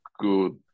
good